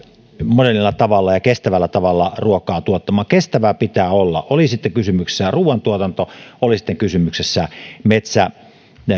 modernilla tavalla ja kestävällä tavalla ruokaa tuottamaan kestävää pitää olla oli sitten kysymyksessä ruuantuotanto oli sitten kysymyksessä